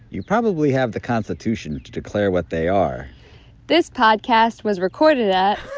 you probably have the constitution to declare what they are this podcast was recorded at.